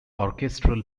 orchestral